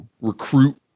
recruit